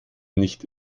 nicht